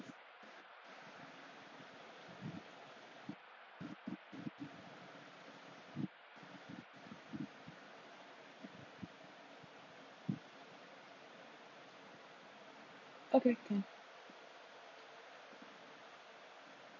okay can